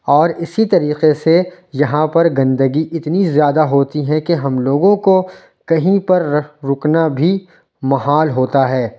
اور اسی طریقے سے یہاں پر گندگی اتنی زیادہ ہوتی ہے کہ ہم لوگوں کو کہیں پر رک رکنا بھی محال ہوتا ہے